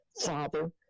Father